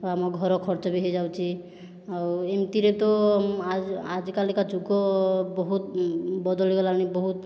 ଆଉ ଆମ ଘର ଖର୍ଚ୍ଚ ବି ହୋଇଯାଉଛି ଆଉ ଏମିତିରେ ତ ଆଜିକାଲିକା ଯୁଗ ବହୁତ ବଦଳି ଗଲାଣି ବହୁତ